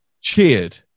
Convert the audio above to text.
Cheered